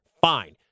Fine